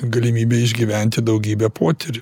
galimybę išgyventi daugybę potyrių